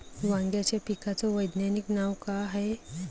वांग्याच्या पिकाचं वैज्ञानिक नाव का हाये?